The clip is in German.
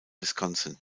wisconsin